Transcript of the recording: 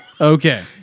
Okay